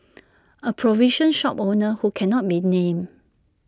A provision shop owner who cannot be named